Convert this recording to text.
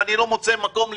אני לא מוצא מקום להתערב,